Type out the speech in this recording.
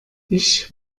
ich